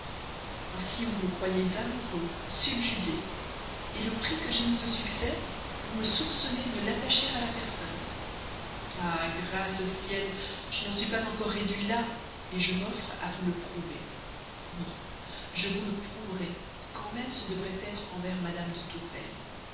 ainsi donc vous me croyez amoureux subjugué le prix que j'ai mis au succès vous me soupçonnez de l'attacher à la personne ah grâce au ciel je n'en suis pas encore réduit là je m'offre à vous le prouver oui je vous le prouverai quand même ce devrait être envers mme de tourvel